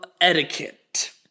etiquette